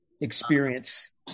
experience